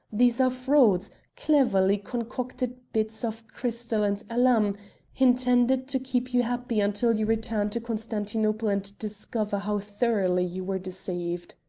these are frauds cleverly concocted bits of crystal and alum intended to keep you happy until you return to constantinople and discover how thoroughly you were deceived.